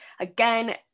Again